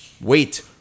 wait